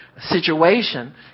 situation